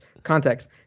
Context